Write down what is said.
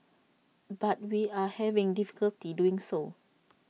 but we are having difficulty doing so